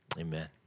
Amen